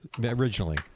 originally